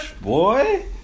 Boy